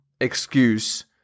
excuse